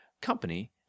Company